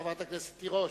חברת הכנסת תירוש.